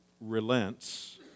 relents